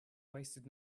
wasted